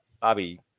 Bobby